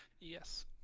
yes